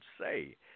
say